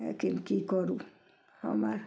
लेकिन की करू हम आर